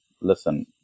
listen